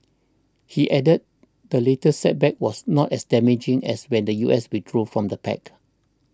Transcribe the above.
he added the latest setback was not as damaging as when the U S withdrew from the pact